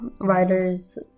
Writers